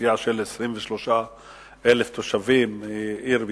אוכלוסייה של 23,000 תושבים היא עיר בישראל.